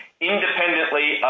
independently